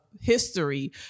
history